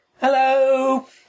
Hello